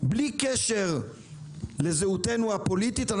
בלי קשר לזהותנו הפוליטית,